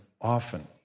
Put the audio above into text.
often